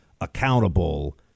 accountable